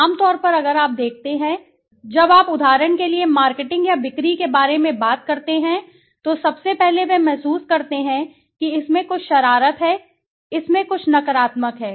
आम तौर पर अगर आप देखते हैं आम तौर पर जब आप उदाहरण के लिए मार्केटिंग या बिक्री के बारे में बात करते हैं तो सबसे पहले वे महसूस करते हैं कि इसमें कुछ शरारत है इसमें कुछ नकारात्मक है